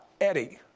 Eddie